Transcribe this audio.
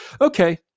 Okay